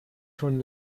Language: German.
schon